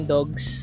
Dogs